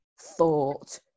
thought